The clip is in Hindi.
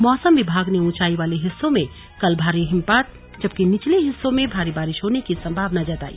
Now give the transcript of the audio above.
मौसम विभाग ने ऊंचाई वाले हिस्सों में कल भारी हिमपात जबकि निचले हिस्सों में भारी बारिश होने की संभावना जताई